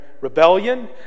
rebellion